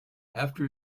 after